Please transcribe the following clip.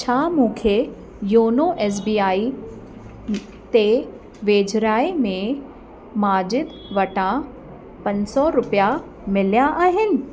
छा मूंखे योनो एस बी आई ते वेझिड़ाईअ में माज़िद वटां पंज सौ रुपिया मिलिया आहिनि